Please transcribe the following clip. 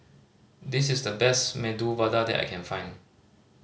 this is the best Medu Vada that I can find